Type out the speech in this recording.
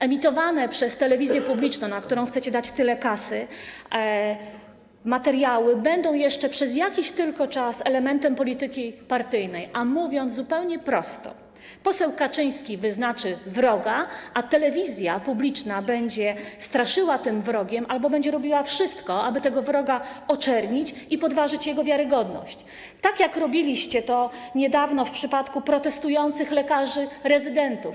Emitowane przez telewizję publiczną, na którą chcecie dać tyle kasy, materiały będą jeszcze przez jakiś tylko czas elementem polityki partyjnej, a mówiąc zupełnie prosto, poseł Kaczyński wyznaczy wroga, a telewizja publiczna będzie straszyła tym wrogiem albo będzie robiła wszystko, aby tego wroga oczernić i podważyć jego wiarygodność, tak jak robiliście to niedawno w przypadku protestujących lekarzy rezydentów.